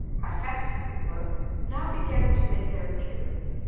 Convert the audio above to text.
i fancied they were now began to make their appearance.